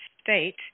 state